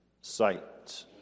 sight